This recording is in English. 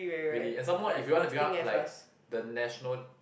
really and some more if you want to become like the national